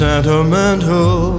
Sentimental